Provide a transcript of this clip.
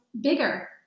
bigger